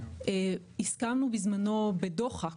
הסכמנו בזמנו בדוחק,